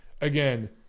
Again